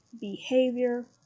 behavior